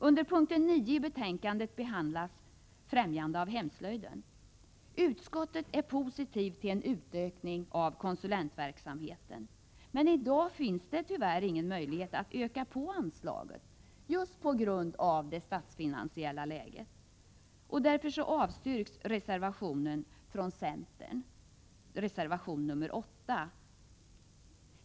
Under punkten 9 i betänkandet behandlas främjande av hemslöjden. Utskottet är positivt till en utökning av konsulentverksamheten, men i dag finns tyvärr ingen möjlighet att öka på anslaget på grund av det statsfinansiella läget. Därför avstyrks reservation nr 8 från centern.